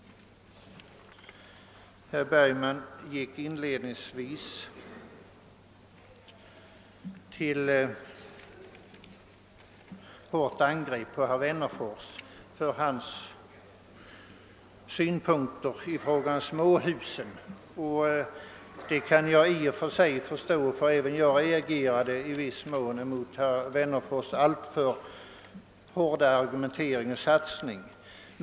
Herr Bergman gick inledningsvis till hårt angrepp på herr Wennerfors med anledning av dennes synpunkter i fråga om småhusen. I och för sig kan jag förstå detta eftersom jag själv i viss mån reagerade mot herr Wennerfors” alltför hårda argumentering och satsning.